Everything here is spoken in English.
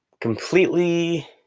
completely